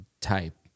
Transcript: type